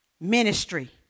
Ministry